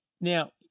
Now